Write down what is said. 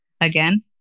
Again